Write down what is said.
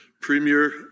Premier